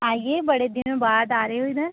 आइए बड़े दिनों बाद आ रहे हो इधर